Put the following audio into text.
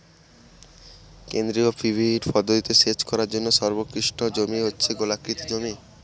কেন্দ্রীয় পিভট পদ্ধতিতে সেচ করার জন্য সর্বোৎকৃষ্ট জমি হচ্ছে গোলাকৃতি জমি